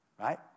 right